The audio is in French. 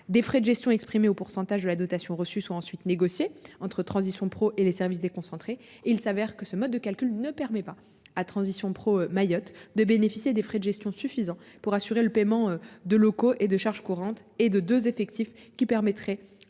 des frais de gestion au pourcentage de la dotation reçu soit ensuite négocié entre transition pro et les services déconcentrés. Il s'avère que ce mode de calcul ne permet pas ah transition pro-Mayotte de bénéficier des frais de gestion suffisant pour assurer le paiement de locaux et de charges courantes et de 2 effectif qui permettrait